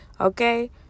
okay